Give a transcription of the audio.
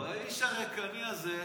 והאיש הריקני הזה,